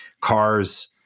cars